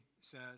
says